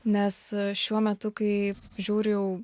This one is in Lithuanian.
nes šiuo metu kai žiūriu jau